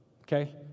Okay